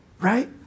Right